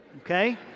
Okay